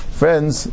friends